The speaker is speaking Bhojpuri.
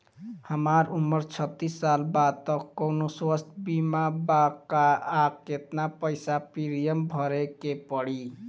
हमार उम्र छत्तिस साल बा त कौनों स्वास्थ्य बीमा बा का आ केतना पईसा प्रीमियम भरे के पड़ी?